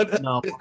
No